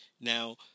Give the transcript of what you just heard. Now